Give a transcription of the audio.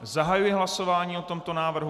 Zahajuji hlasování o tomto návrhu.